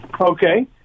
Okay